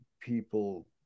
people